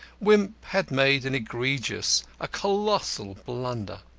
wimp had made an egregious, a colossal blunder.